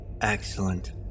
Excellent